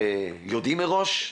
ויודעים מראש,